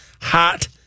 hot